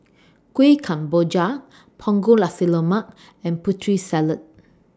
Kuih Kemboja Punggol Nasi Lemak and Putri Salad